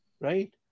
right